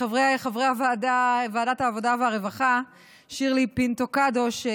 חברי ועדת העבודה והרווחה: שירלי פינטו קדוש,